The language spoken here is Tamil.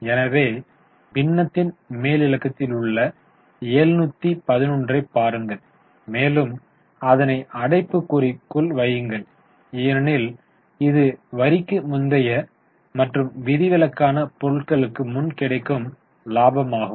எனவே பின்னத்தின் மேலிலக்கத்திலுள்ள 711 பாருங்கள் மேலும் அதனை அடைப்புக்குறிக்குள் வையுங்கள் ஏனெனில் இது வரிக்கு முந்தைய மற்றும் விதிவிலக்கான பொருட்களுக்கு முன் கிடைக்கும் லாபமாகும்